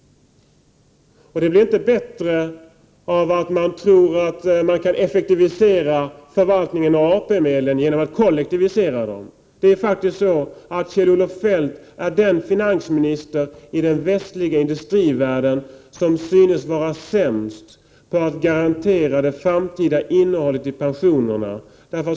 Det blir inte bättre av att man tror att man kan effektivisera förvaltningen av AP-medlen genom att kollektivisera dem. Det är faktiskt så att Kjell-Olof Feldt är den finansminister i den västliga industrivärlden som synes vara sämst på att garantera det framtida innehållet i pensionerna.